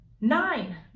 Nine